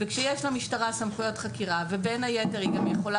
כשיש למשטרה סמכויות חקירה ובין היתר היא גם יכולה